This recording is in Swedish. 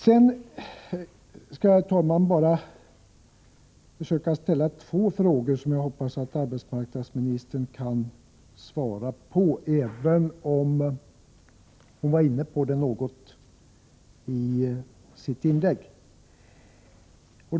Sedan, herr talman, skall jag bara ställa två frågor, som jag hoppas att arbetsmarknadsministern kan svara på, även om hon var inne på dem något i sitt inlägg.